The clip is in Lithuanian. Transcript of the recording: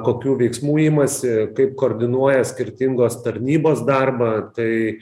kokių veiksmų imasi kaip koordinuoja skirtingos tarnybos darbą tai